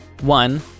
One